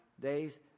days